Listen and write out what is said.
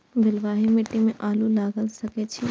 बलवाही मिट्टी में आलू लागय सके छीये?